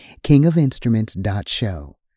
kingofinstruments.show